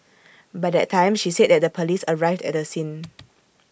by that time she said that the Police arrived at the scene